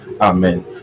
amen